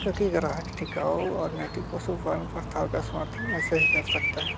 क्योंकि ग्राहक टिकाऊ और नैतिक पशुपालन प्रस्ताव का समर्थन ऐसे ही कर सकता है